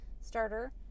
starter